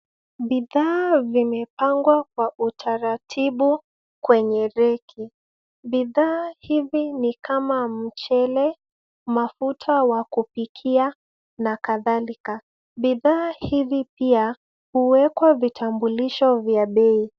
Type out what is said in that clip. Bidhaa vimepangwa kwa utaratibu kwenye reki. Bidhaa hivi ni kama mchele, mafuta wa kupikia na kadhalika. Bidhaa hizi pia huwekwa vitambulisho vya bei.